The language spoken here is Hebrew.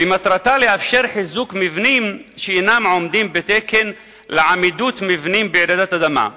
ומטרתה לאפשר חיזוק מבנים שאינם עומדים בתקן לעמידות מבנים ברעידת אדמה.